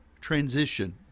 transition